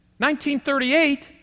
1938